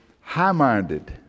high-minded